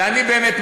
ואני באמת,